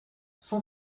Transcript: son